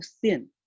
thin